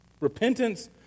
Repentance